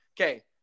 Okay